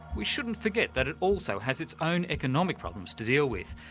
we shouldn't forget that it also has its own economic problems to deal with,